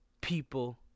people